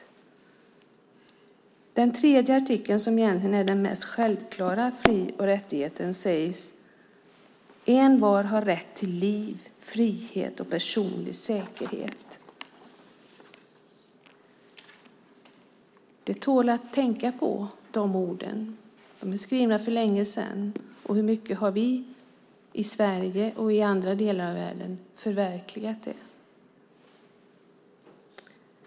I den tredje artikeln, som egentligen är den mest självklara fri och rättigheten, sägs: "Envar har rätt till liv, frihet och personlig säkerhet." De tål att tänkas på, dessa ord. De är skrivna för länge sedan. Hur mycket har vi i Sverige och andra delar av världen förverkligat dem?